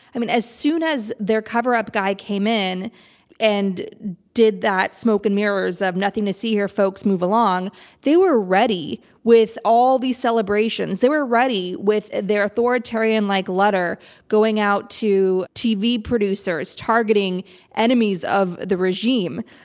i mean, as soon as their cover-up guy came in and did that smoke and mirrors of nothing to see here, folks move along, they were ready with all these celebrations. they were ready with their authoritarian-like letter going out to tv producers targeting enemies of the regime.